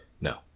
No